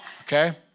okay